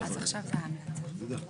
על משרד רישוי מקומי שאינו מתפקד